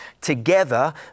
together